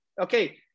okay